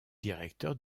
directeur